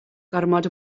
gormod